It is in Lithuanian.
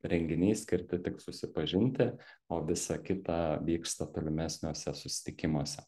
renginiai skirti tik susipažinti o visa kita vyksta tolimesniuose susitikimuose